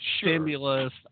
stimulus